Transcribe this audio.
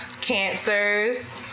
Cancers